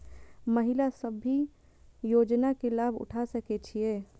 महिला सब भी योजना के लाभ उठा सके छिईय?